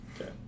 Okay